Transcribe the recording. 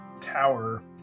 tower